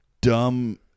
dumb